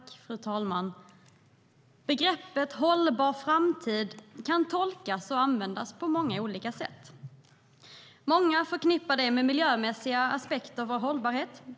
Fru talman! Begreppet hållbar framtid kan tolkas och användas på många olika sätt. Många förknippar det med miljömässiga aspekter på hållbarhet.